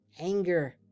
anger